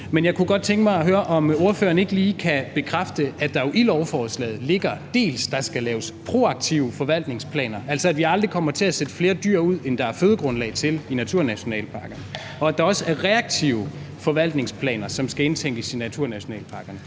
Men jeg kunne godt tænke mig at høre, om ordføreren ikke lige kan bekræfte, at der jo i lovforslaget ligger, at der skal laves proaktive forvaltningsplaner, altså, at der aldrig kommer til at blive sat flere dyr ud, end der er fødegrundlag til i naturnationalparkerne, og at der også er reaktive forvaltningsplaner, som skal indtænkes i naturnationalparkerne.